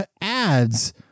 ads